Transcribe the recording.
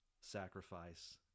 sacrifice